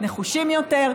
נחושים יותר,